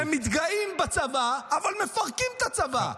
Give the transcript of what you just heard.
הם מתגאים בצבא אבל מפרקים את הצבא.